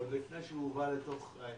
עוד לפני שהוא הובא לממשלה.